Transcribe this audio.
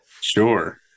Sure